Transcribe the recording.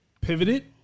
pivoted